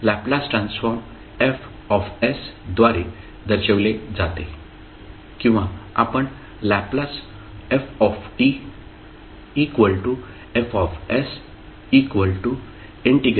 Laplace transform F द्वारे दर्शविले जाते किंवा आपण LfF0 f